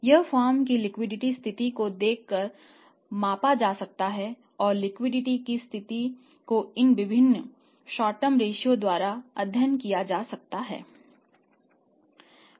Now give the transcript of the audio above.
यह फर्म की लिक्विडिटी द्वारा अध्ययन किया जाता है